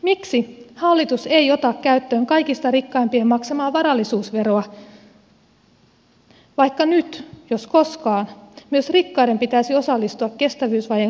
miksi hallitus ei ota käyttöön kaikista rikkaimpien maksamaa varallisuusveroa vaikka nyt jos koskaan myös rikkaiden pitäisi osallistua kestävyysvajeen umpeen kuromiseen